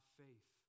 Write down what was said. faith